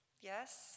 Yes